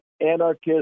anarchist